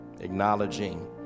acknowledging